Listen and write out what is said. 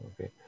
Okay